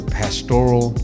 pastoral